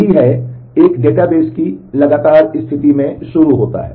यही है यह एक डेटाबेस की लगातार स्थिति में शुरू होता है